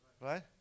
Right